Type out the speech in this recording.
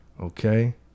okay